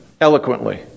eloquently